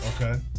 Okay